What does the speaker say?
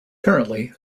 currently